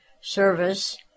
service